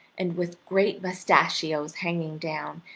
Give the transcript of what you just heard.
and with great mustachios hanging down,